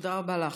תודה רבה לך.